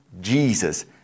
Jesus